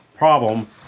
problem